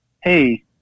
hey